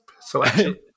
selection